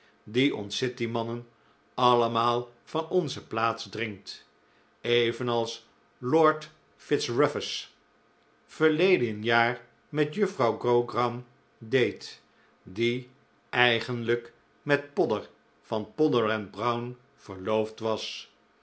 die ons city mannen allemaal van onze plaats dringt evenals lord fitzrufus verleden jaar met juffrouw grogram deed die eigenlijk met podder van podder brown verloofd was